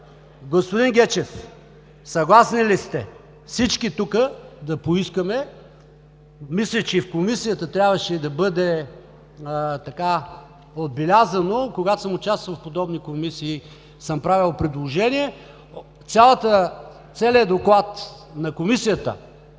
Господин Гечев, съгласни ли сте всички тук да поискаме – мисля, че в Комисията трябваше да бъде отбелязано, когато съм участвал в подобни комисии, съм правил предложение, целия доклад на Комисията,